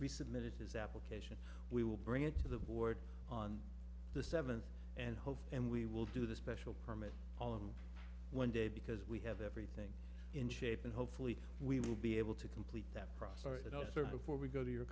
resubmitted his application we will bring it to the board on the seventh and hope and we will do the special permit on wednesday because we have everything in shape and hopefully we will be able to complete that process at all sir before we go to your